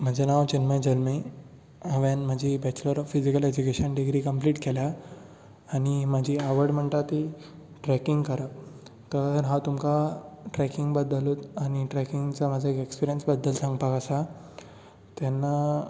म्हजें नांव चिन्मय जल्मी हांवें म्हजी bachelor of physical education degree complete केल्या आनी म्हजी आवड म्हणटा ती ट्रेकिंग करप तर हांव तुमकां ट्रेकिंग बद्दलूच आनी ट्रेकिंगचो म्हजो एक एक्सप्रीयन्स बद्दल सांगपाक आसा तेन्ना